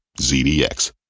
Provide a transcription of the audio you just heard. ZDX